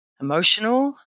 emotional